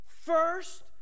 first